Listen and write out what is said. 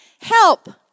Help